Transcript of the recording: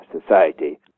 society